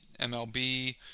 MLB